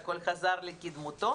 הכל חזר לקדמותו